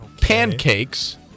pancakes